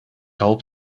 hoop